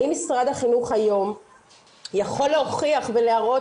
האם משרד החינוך היום יכול להוכיח ולהראות